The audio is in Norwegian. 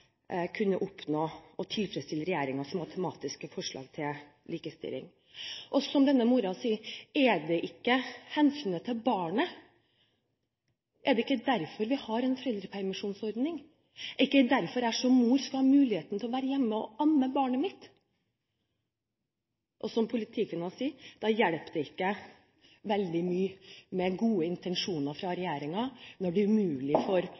kunne klare å tilfredsstille regjeringens matematiske forslag til likestilling. Som denne moren sier: Er ikke hensynet til barnet grunnen til at vi har en foreldrepermisjonsordning, og er det ikke derfor jeg som mor skal ha mulighet til å være hjemme og amme barnet mitt? Som politikvinnen sier: Det hjelper ikke veldig mye med gode intensjoner fra regjeringen når det er umulig for